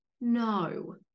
no